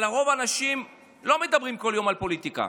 אבל רוב האנשים לא מדברים כל יום על פוליטיקה.